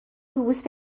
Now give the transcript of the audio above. اتوبوس